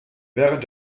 während